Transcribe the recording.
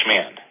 Man